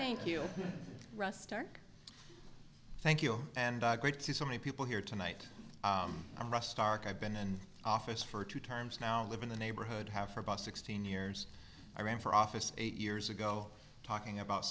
thank you russ stark thank you and great to see so many people here tonight russ stark i've been in office for two terms now live in the neighborhood have for about sixteen years i ran for office eight years ago talking about